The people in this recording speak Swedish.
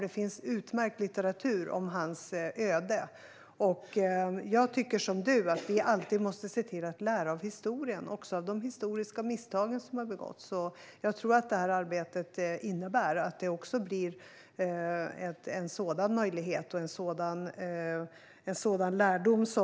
Det finns utmärkt litteratur om hans öde. Jag tycker som Mikael Oscarsson att vi alltid måste lära av historien och även av de historiska misstag som har begåtts, och jag tror att det här arbetet innebär en sådan möjlighet att dra lärdom.